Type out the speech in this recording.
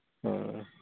ᱦᱮᱸ